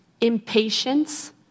impatience